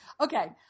okay